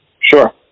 Sure